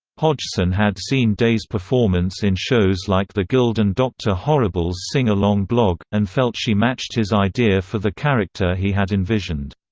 hodgson had seen day's performance in shows like the guild and dr. horrible's sing-along blog, and felt she matched his idea for the character he had envisioned.